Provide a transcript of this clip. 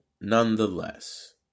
Nonetheless